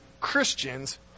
Christians